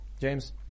James